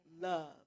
love